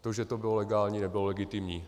To, že to bylo legální, nebylo legitimní.